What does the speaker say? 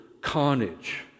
carnage